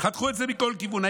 חתכו את זה מכל כיוון,